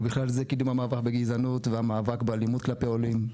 ובכלל זה קידום המאבק בגזענות והמאבק באלימות כלפי עולים.